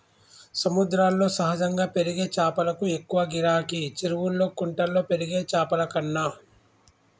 సముద్రాల్లో సహజంగా పెరిగే చాపలకు ఎక్కువ గిరాకీ, చెరువుల్లా కుంటల్లో పెరిగే చాపలకన్నా